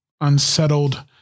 unsettled